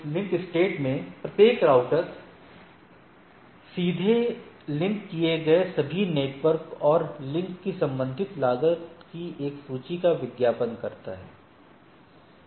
link state में प्रत्येक router सीधे लिंक किए गए सभी नेटवर्क और लिंक की संबंधित लागत की एक सूची का विज्ञापन करता है